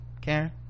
Karen